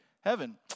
heaven